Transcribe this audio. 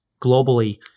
globally